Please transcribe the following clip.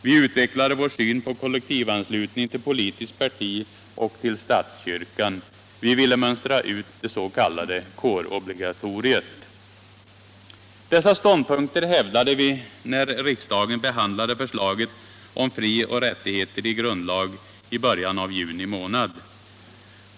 Vi utvecklade vår syn på kollektivanslutning till politiskt parti och till statskyrkan. Vi ville mönstra ut det s.k. kårobligatoriet. Dessa ståndpunkter hävdade vi när riksdagen behandlade förslaget om frioch rättigheter i grundlag i början av juni månad.